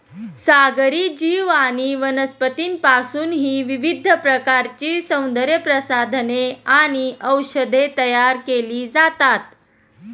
सागरी जीव आणि वनस्पतींपासूनही विविध प्रकारची सौंदर्यप्रसाधने आणि औषधे तयार केली जातात